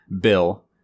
Bill